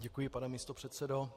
Děkuji, pane místopředsedo.